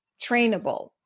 trainable